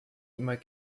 immer